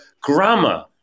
grammar